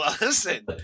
listen